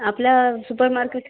आपल्या super market